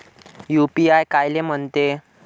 UPI कायले म्हनते?